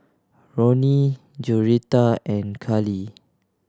Ronin Joretta and Kali